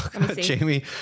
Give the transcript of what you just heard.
Jamie